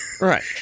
right